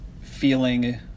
feeling